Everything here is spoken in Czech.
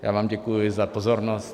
Já vám děkuji za pozornost.